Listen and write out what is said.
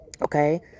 Okay